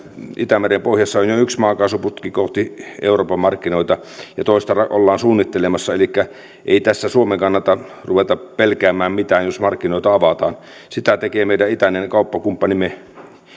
itämeren pohjassa on jo jo yksi maakaasuputki kohti euroopan markkinoita ja toista ollaan suunnittelemassa elikkä ei tässä suomen kannata ruveta pelkäämään mitään jos markkinoita avataan sitä tekee meidän itäinen kauppakumppanimme ja